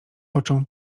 począł